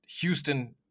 Houston